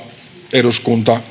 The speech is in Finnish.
eduskunta